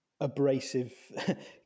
abrasive